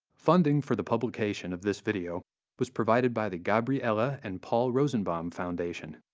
funding for the publication of this video was provided by the gabriella and paul rosenbaum foundation.